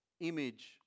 image